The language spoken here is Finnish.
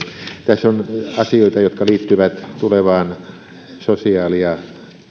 tässä on asioita jotka liittyvät tulevaan sosiaali ja